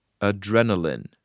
Adrenaline